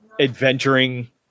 adventuring